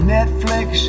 Netflix